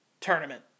tournament